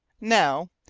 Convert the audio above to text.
now,